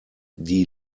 die